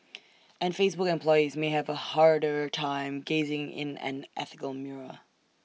and Facebook employees may have A harder time gazing in an ethical mirror